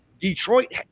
Detroit